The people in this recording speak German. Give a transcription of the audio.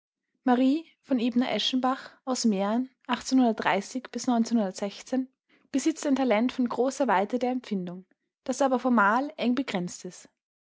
v ebner eschenbach aus mehr ein talent von großer weite der empfindung das formal eng begrenzt